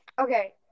okay